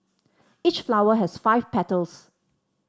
each flower has five petals